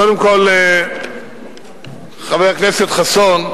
קודם כול, חבר הכנסת חסון,